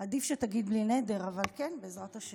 עדיף שתגיד בלי נדר, אבל כן, בעזרת השם.